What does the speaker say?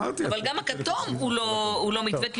אבל גם הכתום הוא לא מתווה,